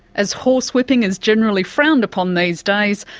as horsewhipping is generally frowned upon these days,